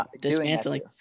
dismantling